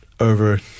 Over